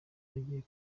bagiye